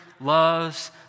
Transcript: loves